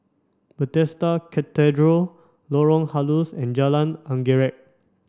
Bethesda Cathedral Lorong Halus and Jalan Anggerek